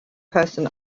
person